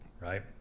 right